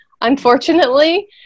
Unfortunately